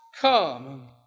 come